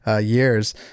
years